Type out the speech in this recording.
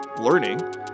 learning